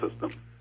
system